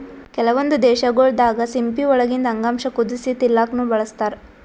ಕೆಲವೊಂದ್ ದೇಶಗೊಳ್ ದಾಗಾ ಸಿಂಪಿ ಒಳಗಿಂದ್ ಅಂಗಾಂಶ ಕುದಸಿ ತಿಲ್ಲಾಕ್ನು ಬಳಸ್ತಾರ್